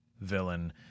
villain